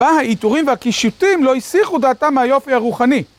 בה העיתורים והקישוטים לא השיחו דעתם מהיופי הרוחני.